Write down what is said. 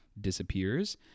disappears